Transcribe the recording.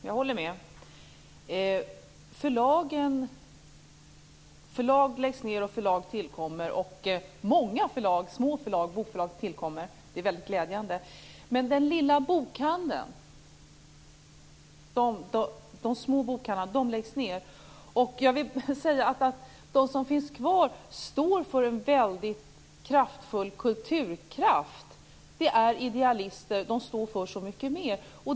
Fru talman! Jag håller med. Förlag läggs ned, och förlag tillkommer. Och många små bokförlag tillkommer, vilket är mycket glädjande. Men de små bokhandlarna läggs ned. De som finns kvar står för en väldigt kraftfull kulturkraft. Det är idealister. De står för så mycket mer.